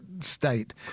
state